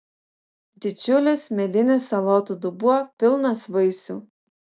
didžiulis medinis salotų dubuo pilnas vaisių